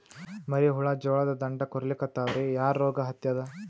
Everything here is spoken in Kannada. ಮರಿ ಹುಳ ಜೋಳದ ದಂಟ ಕೊರಿಲಿಕತ್ತಾವ ರೀ ಯಾ ರೋಗ ಹತ್ಯಾದ?